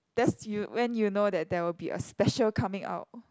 that's you when you know that there will be a special coming out